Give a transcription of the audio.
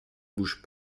bouge